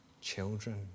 children